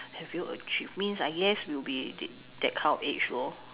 have you achieved means I guess will be th~ that kind of age lor